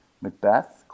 Macbeth